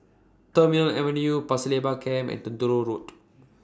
Terminal Avenue Pasir Laba Camp and Truro Road